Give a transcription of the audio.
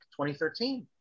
2013